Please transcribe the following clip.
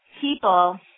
people